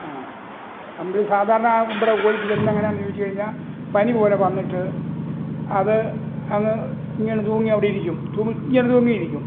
ആ നമ്മൾ സാധാരണ ഇവിടെ കോഴിക്ക് വരുന്ന എങ്ങനെയാണെന്നു ചോദിച്ചു കഴിഞ്ഞാൽ പനി പോലെ വന്നിട്ട് അത് അങ്ങ് ഇങ്ങനെ തൂങ്ങി അവിടെ ഇരിക്കും ഇങ്ങനെ തൂങ്ങിയിരിക്കും